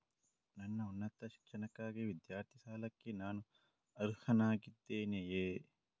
ನನ್ನ ಉನ್ನತ ಶಿಕ್ಷಣಕ್ಕಾಗಿ ವಿದ್ಯಾರ್ಥಿ ಸಾಲಕ್ಕೆ ನಾನು ಅರ್ಹನಾಗಿದ್ದೇನೆಯೇ?